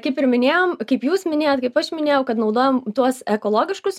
kaip ir minėjom kaip jūs minėjot kaip aš minėjau kad naudojam tuos ekologiškus